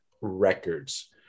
records